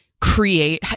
create